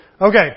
Okay